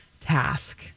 task